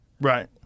Right